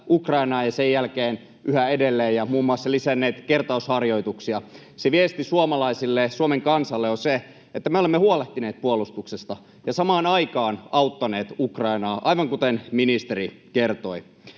ja sen jälkeen yhä edelleen ja muun muassa lisänneet kertausharjoituksia. [Ben Zyskowiczin välihuuto] Se viesti suomalaisille ja Suomen kansalle on se, että me olemme huolehtineet puolustuksesta ja samaan aikaan auttaneet Ukrainaa, aivan kuten ministeri kertoi.